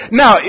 now